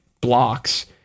blocks